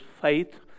Faith